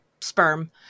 sperm